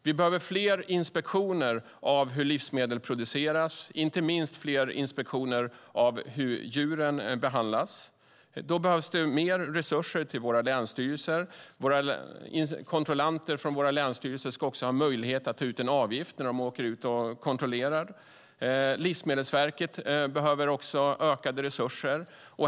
Vi behöver fler inspektioner av hur livsmedel produceras, inte minst fler inspektioner av hur djuren behandlas. Då behövs mer resurser till våra länsstyrelser. Kontrollanterna från våra länsstyrelser ska ha möjlighet att ta ut en avgift när de åker ut och kontrollerar. Livsmedelsverket behöver också ökade resurser.